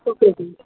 okay